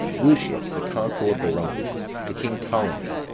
lucius, the consul of the romans, to king ptolemee,